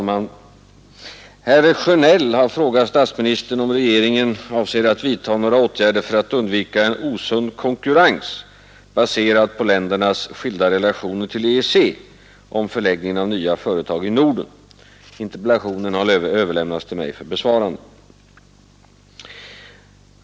Herr talman! Herr Sjönell har frågat statsministern om regeringen avser att vidta några åtgärder för att undvika en osund konkurrens, baserad på ländernas skilda relationer till EEC, om förläggningen av nya företag i Norden. Interpellationen har överlämnats till mig för besvarande.